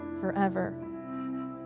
forever